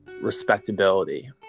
respectability